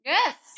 Yes